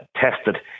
tested